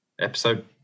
Episode